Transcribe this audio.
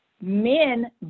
men